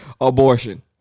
abortion